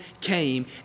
came